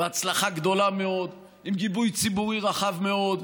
בהצלחה גדולה מאוד, עם גיבוי ציבורי רחב מאוד.